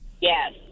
Yes